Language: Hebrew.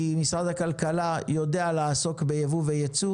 זאת כי משרד הכלכלה יודע לעסוק בייבוא וייצוא